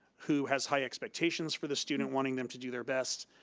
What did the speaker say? who has high expectations for the student, wanting them to do their best,